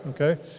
Okay